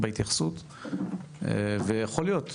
בהתייחסות ויכול להיות,